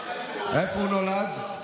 איפה הוא נולד?